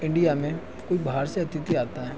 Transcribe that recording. India में कोई बाहर से अतिथि आता है